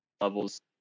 levels